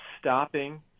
stopping